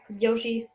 yoshi